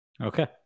Okay